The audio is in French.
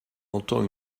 entend